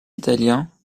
italien